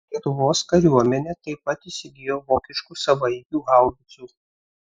lietuvos kariuomenė taip pat įsigijo vokiškų savaeigių haubicų